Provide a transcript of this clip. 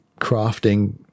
crafting